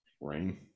Rain